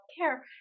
care